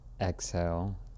exhale